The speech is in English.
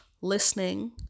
listening